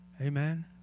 Amen